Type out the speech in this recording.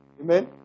Amen